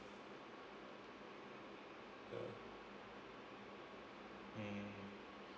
mm